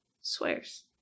swears